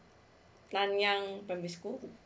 nanyang primary school